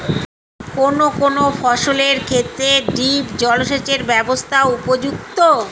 কোন কোন ফসলের ক্ষেত্রে ড্রিপ জলসেচ ব্যবস্থা উপযুক্ত?